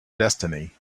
destiny